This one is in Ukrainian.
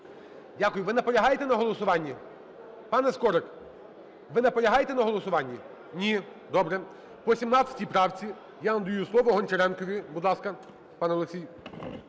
Дякую. Ви наполягаєте на голосуванні? Пане Скорик, ви наполягаєте на голосуванні? Ні. Добре. По 17 правці я надаю слово Гончаренкову. Будь ласка, пане Олексій.